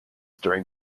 during